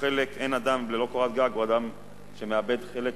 אדם ללא קורת גג הוא אדם שמאבד חלק